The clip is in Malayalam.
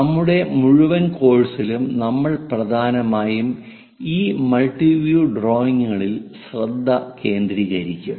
നമ്മുടെ മുഴുവൻ കോഴ്സിലും നമ്മൾ പ്രധാനമായും ഈ മൾട്ടി വ്യൂ ഡ്രോയിംഗുകളിൽ ശ്രദ്ധ കേന്ദ്രീകരിക്കും